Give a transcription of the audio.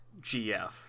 GF